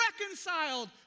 reconciled